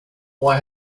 why